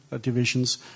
divisions